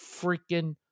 freaking